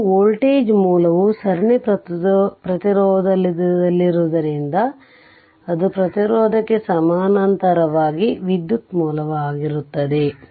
ಆದ್ದರಿಂದ ಇದು ವೋಲ್ಟೇಜ್ ಮೂಲವು ಸರಣಿ ಪ್ರತಿರೋಧದಲ್ಲಿರುವುದರಿಂದ ಅಲ್ಲಿ ಅದು ಪ್ರತಿರೋಧಕ್ಕೆ ಸಮಾನಾಂತರವಾಗಿ ವಿದ್ಯುತ್ ಮೂಲವಾಗಿರುತ್ತದೆ